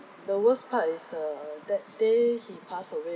the worst part is uh that day he pass away